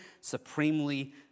supremely